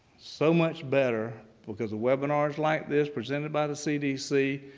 so much better because of webinars like this presented by the cdc.